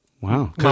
Wow